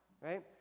right